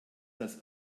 das